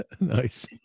Nice